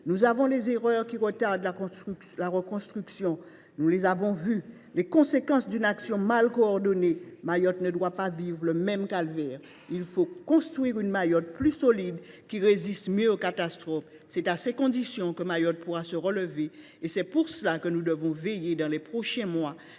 Nous avons vu les erreurs qui retardent la reconstruction, nous avons vu les conséquences d’une action mal coordonnée. Mayotte ne doit pas vivre le même calvaire. Il faut construire une Mayotte plus solide, qui résiste mieux aux catastrophes. C’est à ces conditions que Mayotte pourra se relever. Et c’est pour cela que nous devons veiller, dans les prochains mois,